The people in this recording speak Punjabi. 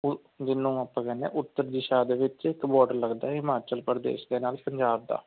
ਉਹ ਜਿਹਨੂੰ ਆਪਾਂ ਕਹਿੰਦੇ ਆ ਉੱਤਰ ਦਿਸ਼ਾ ਦੇ ਵਿੱਚ ਇੱਕ ਬੋਡਰ ਲੱਗਦਾ ਹਿਮਾਚਲ ਪ੍ਰਦੇਸ਼ ਦੇ ਨਾਲ ਪੰਜਾਬ ਦਾ